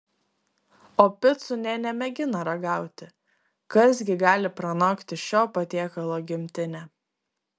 o picų nė nemėgina ragauti kas gi gali pranokti šio patiekalo gimtinę